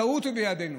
טעות היא בידנו.